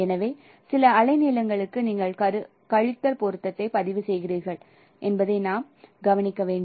எனவே சில அலைநீளங்களுக்கு நீங்கள் கழித்தல் பொருத்தத்தை பதிவு செய்கிறீர்கள் என்பதை நாம் கவனிக்க வேண்டும்